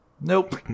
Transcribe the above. Nope